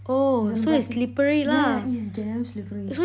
இது ரொம்ப:ithu romba yeah it's damn slippery